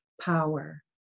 power